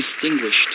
distinguished